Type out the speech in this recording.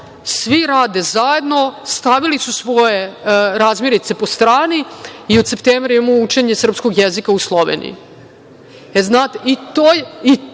svi rade zajedno, stavili su svoje razmirice po strani i od septembra imamo učenje srpskog jezika u Sloveniji. I to